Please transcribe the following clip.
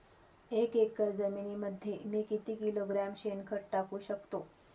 एक एकर जमिनीमध्ये मी किती किलोग्रॅम शेणखत टाकू शकतो?